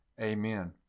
Amen